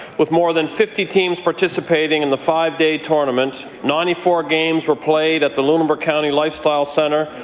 with more than fifty teams participating in the five-day tournament, ninety four games were played at the lunenburg county lifestyle centre,